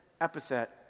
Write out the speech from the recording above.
epithet